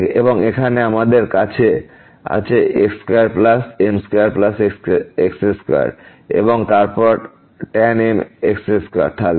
এবং এখানে আমাদের আছে x2m2x2 এবং তারপর এই tan mx2 থাকবে